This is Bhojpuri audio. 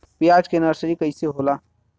प्याज के नर्सरी कइसे होला?